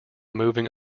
moving